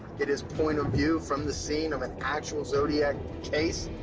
get his point of view from the scene of an actual zodiac case,